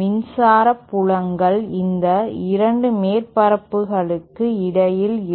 மின்சார புலங்கள் இந்த 2 மேற்பரப்புகளுக்கு இடையில் இருக்கும்